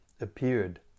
appeared